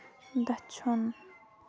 دٔچھُن